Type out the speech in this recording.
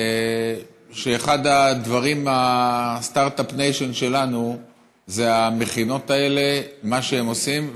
אחד הדברים של הסטרטאפ ניישן שלנו זה המכינות האלה ומה שהם עושים.